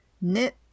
knit